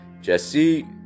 Jesse